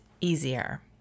easier